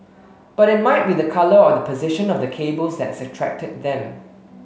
but it might be the colour or the position of the cables that's attracted them